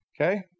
Okay